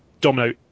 Domino